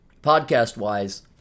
podcast-wise